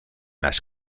las